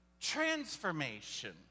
transformation